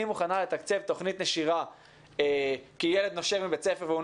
מוכנה לתקצב תכנית נשירה כי ילד נושר מבית ספר והוא